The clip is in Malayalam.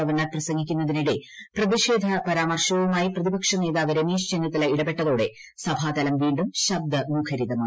ഗവർണർ പ്രസംഗിക്കുന്നതിനിടെ പ്രതിഷേധ പരാമർശവുമായി പ്രതിപക്ഷ നേതാവ്ട് രമേശ് ചെന്നിത്തല ഇടപ്പെട്ടതോടെ സഭാതലം വീണ്ടും പ്രിബ്ദ്മുഖരിതമായി